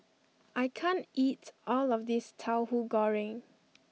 I can't eat all of this Tahu Goreng